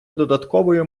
додатковою